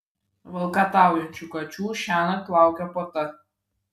valkataujančių kačių šiąnakt laukia puota